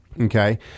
Okay